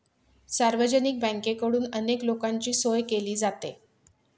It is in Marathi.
सार्वजनिक बँकेकडून अनेक लोकांची सोय केली जाते